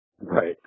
Right